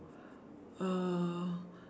uh